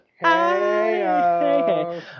Hey